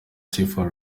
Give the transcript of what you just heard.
sifa